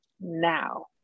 now